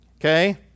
okay